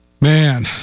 Man